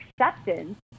acceptance